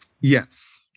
yes